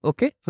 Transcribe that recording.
Okay